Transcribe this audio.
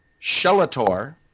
Shelator